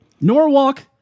Norwalk